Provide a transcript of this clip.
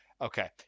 Okay